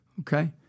Okay